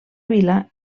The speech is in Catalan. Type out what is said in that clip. vila